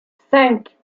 cinq